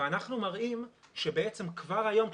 ואנחנו מראים שכבר היום,